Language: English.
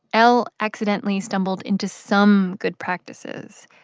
l accidentally stumbled into some good practices,